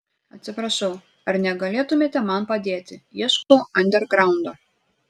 atsiprašau ar negalėtumėte man padėti ieškau andergraundo